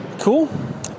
Cool